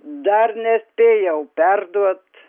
dar nespėjau perduot